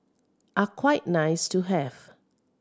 are quite nice to have